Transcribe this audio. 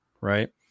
right